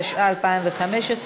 התשע"ה 2015,